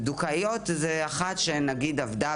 אחת שעבדה